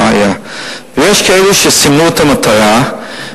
ויש כאלה שסימנו את המטרה,